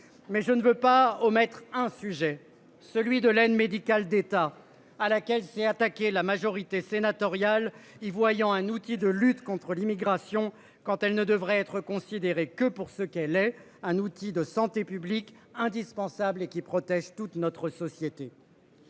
mais je ne veux pas omettre un sujet celui de l'aide médicale d'État, à laquelle s'est attaqué la majorité sénatoriale, y voyant un outil de lutte contre l'immigration. Quand elle ne devrait être considéré que pour ce qu'elle est un outil de santé publique indispensable et qui protège toute notre société.